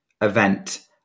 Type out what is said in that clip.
event